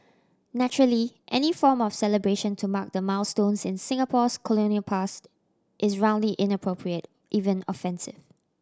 naturally any form of celebration to mark the milestones in Singapore's colonial past is roundly inappropriate even offensive